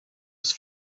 his